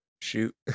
Shoot